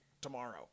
tomorrow